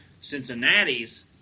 Cincinnati's